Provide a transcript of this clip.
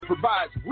provides